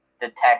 detect